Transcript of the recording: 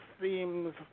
themes